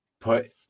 put